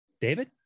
David